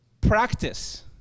Practice